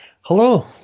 Hello